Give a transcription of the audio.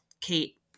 Kate